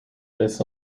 this